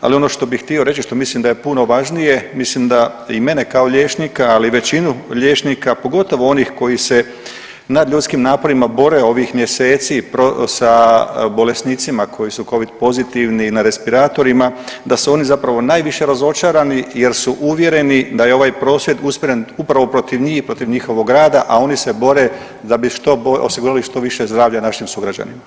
Ali ono što bih htio reći što mislim da je puno važnije, mislim da i mene kao liječnika, ali većinu liječnika pogotovo onih koji se nadljudskim naporima bore ovih mjeseci sa bolesnicima koji su Covid pozitivni i na respiratorima da su oni zapravo najviše razočarani jer su uvjereni da je ovaj prosvjed usmjeren upravo protiv njih i protiv njihovog rada, a oni se bore da bi što, osigurali što više zdravlja našim sugrađanima.